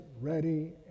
ready